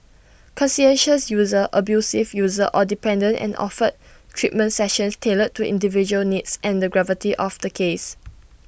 conscientious user abusive user or dependent and offered treatment sessions tailored to individual needs and the gravity of the case